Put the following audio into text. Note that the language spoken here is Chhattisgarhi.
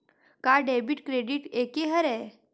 का डेबिट क्रेडिट एके हरय?